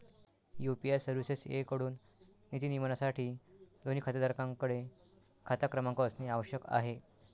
UPI सर्व्हिसेसएकडून निधी नियमनासाठी, दोन्ही खातेधारकांकडे खाता क्रमांक असणे आवश्यक आहे